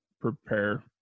prepare